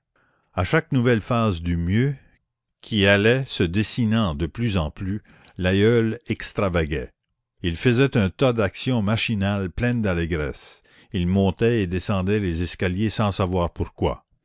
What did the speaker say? à chaque nouvelle phase du mieux qui allait se dessinant de plus en plus l'aïeul extravaguait il faisait un tas d'actions machinales pleines d'allégresse il montait et descendait les escaliers sans savoir pourquoi